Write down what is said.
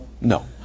No